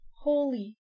Holy